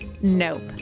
Nope